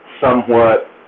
somewhat